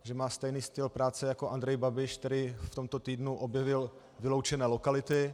Že má stejný styl práce jako Andrej Babiš, který v tomto týdnu objevil vyloučené lokality.